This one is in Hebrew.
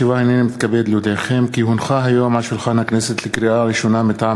11, אין מתנגדים, אין נמנעים.